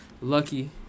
Lucky